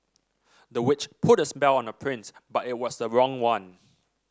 the witch put a spell on the prince but it was the wrong one